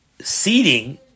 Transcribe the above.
seeding